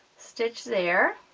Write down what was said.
stitch there